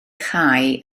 chau